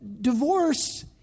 divorce